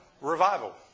Revival